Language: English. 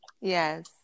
Yes